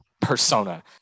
persona